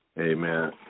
Amen